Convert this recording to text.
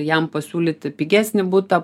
jam pasiūlyti pigesnį butą